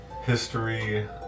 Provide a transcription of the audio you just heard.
history